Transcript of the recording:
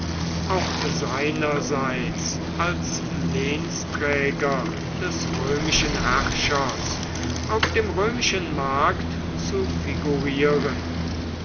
auch seinerseits als lehnsträger des römischen herrschers auf dem römischen markt zu figurieren